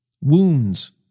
Wounds